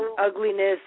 ugliness